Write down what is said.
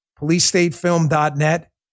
policestatefilm.net